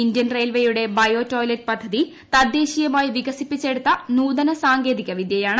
Indian റെയിൽവേയുടെ bio toilet പദ്ധതി തദ്ദേശീയമായി വികസിപ്പിച്ചെടുത്ത ന്യൂതന സാങ്കേതിക വിദ്യ യാണ്